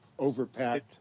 overpacked